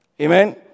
Amen